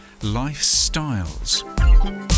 lifestyles